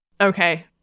Okay